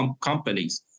companies